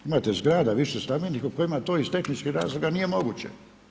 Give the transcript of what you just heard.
Imate zgrada višestambenih u kojima to iz tehničkih razloga nije moguće.